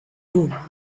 room